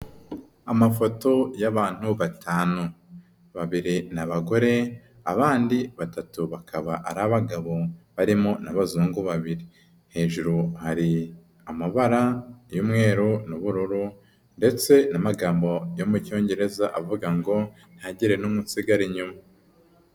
Amafoto y'abantu batanu, babiri ni abagore, abandi batatu bakaba ari abagabo, barimo n'abazungu babiri hejuru, hari amabara y'umweru n'ubururu ndetse n'amagambo yo mu Cyongereza avuga ngo ntihagire n'umwe usigara inyuma.